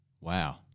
wow